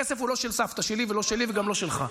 הכסף הוא לא של סבתא שלי ולא שלי וגם לא שלך.